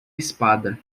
espada